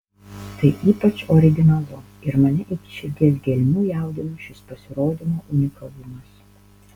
tai ypač originalu ir mane iki širdies gelmių jaudino šis pasirodymo unikalumas